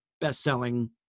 best-selling